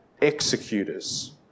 executors